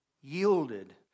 yielded